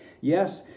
Yes